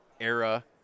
era